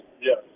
Yes